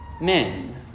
men